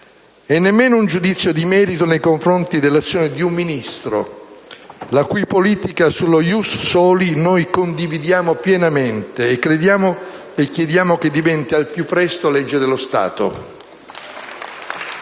e neanche un giudizio di merito nei confronti dell'azione di un Ministro, la cui politica sullo *ius soli* noi condividiamo pienamente e chiediamo diventi al più presto legge dello Stato.